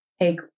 take